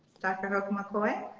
dr. holcomb-mccoy?